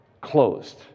closed